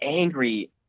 angry